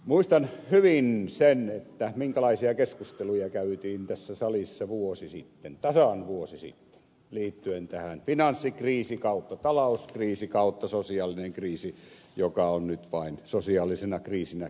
muistan hyvin sen minkälaisia keskusteluja käytiin tässä salissa tasan vuosi sitten liittyen tähän aiheeseen finanssikriisisosiaalinen kriisi joka on nyt vain sosiaalisena kriisinä kärjistymässä